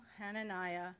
Hananiah